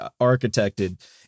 architected